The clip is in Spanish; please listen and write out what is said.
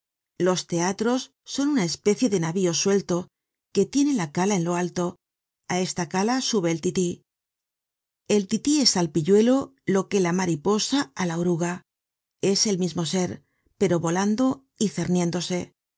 los teatros son una especie de navio suelto que tiene la cala en lo alto á esta cala sube el tití el tití es al pilluelo lo que la mariposa á la oruga es el mismo ser pero volando y